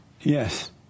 Yes